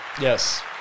Yes